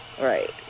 Right